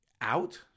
out